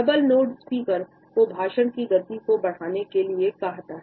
double node speaker को भाषण की गति को बढ़ाने के लिए कहता है